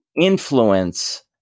influence